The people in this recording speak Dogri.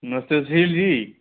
नमस्ते सुशील जी बस ठीक ठाक तुस सनाओ